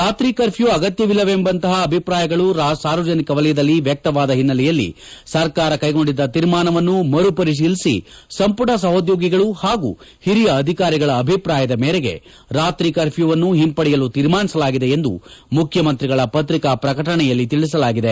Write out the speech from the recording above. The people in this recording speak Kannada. ರಾತ್ರಿ ಕರ್ಫ್ಯೂ ಅಗತ್ತವಿಲ್ಲವೆಂಬಂತಹ ಅಭಿವ್ರಾಯಗಳು ಸಾರ್ವಜನಿಕ ವಲಯದಲ್ಲಿ ವ್ಯಕ್ಷವಾದ ಒನ್ನೆಲೆಯಲ್ಲಿ ಸರ್ಕಾರ ಕೈಗೊಂಡಿದ್ದ ತೀರ್ಮಾನವನ್ನು ಮರುಪರಿಶೀಲಿಸಿ ಸಂಪುಟ ಸಹೋದ್ಯೋಗಿಗಳು ಪಾಗೂ ಒರಿಯ ಅಧಿಕಾರಿಗಳ ಅಭಿಪ್ರಾಯದ ಮೇರೆಗೆ ರಾತ್ರಿ ಕರ್ಫ್ಯೂವನ್ನು ಒಂಪಡೆಯಲು ತೀರ್ಮಾನಿಸಲಾಗಿದೆ ಎಂದು ಮುಖ್ಯಮಂತಿಗಳ ಪ್ರಿಕಾ ಪ್ರಕಟಣೆಯಲ್ಲಿ ತಿಳಿಸಲಾಗಿದೆ